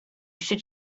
should